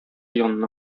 янына